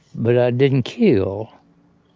but i didn't kill.